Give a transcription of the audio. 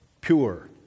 pure